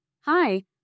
hi